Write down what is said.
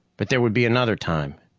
but there would be another time,